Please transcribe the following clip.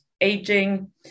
aging